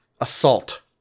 assault